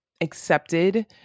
accepted